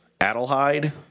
Adelheid